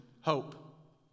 hope